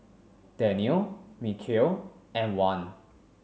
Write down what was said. Danial Mikhail and Wan